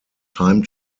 time